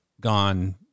gone